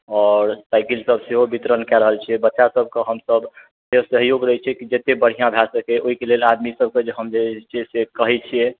आओर साइकिल सब सेहो वितरण कए रहल छियै बच्चा सब के हमसब जे सहयोग रहै छै कि जते बढिआँ भए सके ओहिके लेल आदमी सब के हम जे जे छै से कहै छियै